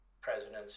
presidents